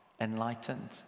enlightened